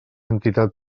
entitat